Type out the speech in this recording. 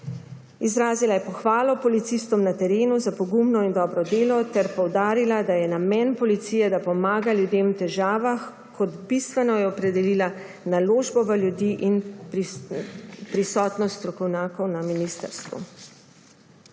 Izrazila je pohvalo policistom na terenu za pogumno in dobro delo ter poudarila, da je namen policije, da pomaga ljudem v težavah; kot bistveno je opredelila naložbo v ljudi in prisotnost strokovnjakov na ministrstvu.